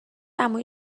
عمویی